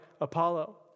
Apollo